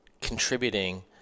contributing